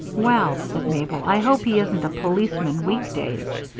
well, said mabel, i hope he isn't a policeman weekdays.